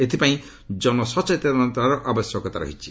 ଏଥିପାଇଁ ଜନସଚେତନତାର ଆବଶ୍ୟକତା ରହିଛି